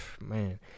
man